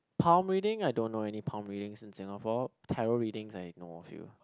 palm reading I don't know any palm readings in Singapore tarot readings I know a few